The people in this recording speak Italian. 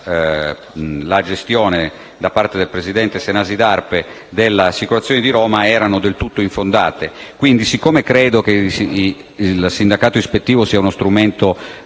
la gestione da parte del presidente Sanasi d'Arpe di Assicurazioni di Roma erano del tutto infondati. Ritengo che il sindacato ispettivo sia uno strumento